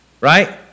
Right